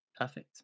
Perfect